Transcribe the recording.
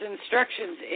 instructions